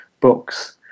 books